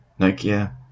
Nokia